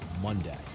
Monday